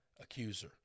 accuser